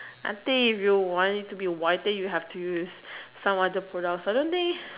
I think if you want it to be whiten you have to use some other product I don't think